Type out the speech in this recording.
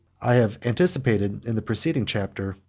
i have anticipated, in the preceding chapter,